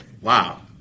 wow